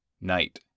Night